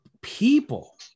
people